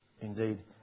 Indeed